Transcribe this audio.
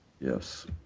yes